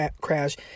crash